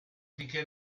finché